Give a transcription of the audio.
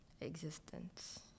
existence